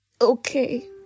Okay